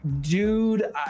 dude